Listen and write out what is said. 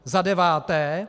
Za deváté.